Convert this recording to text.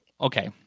okay